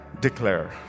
declare